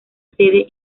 sede